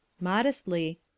Modestly